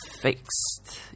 fixed